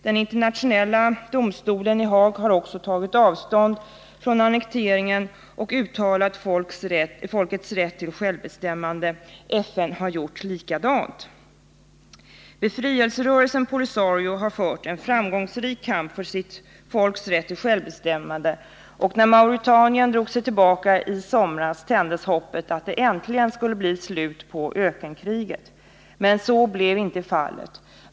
Den internationella domstolen i Haag har också tagit avstånd från annekteringen och uttalat folkets rätt till självbestämmande. FN har gjort likadant. Befrielserörelsen POLISARIO har fört en framgångsrik kamp för sitt folks rätt till självbestämmande, och när Mauretanien drog sig tillbaka i somras tändes hoppet att det äntligen skulle bli slut på ökenkriget. Men så blev inte fallet.